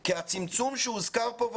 כי הצמצום שהוזכר כאן,